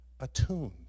attuned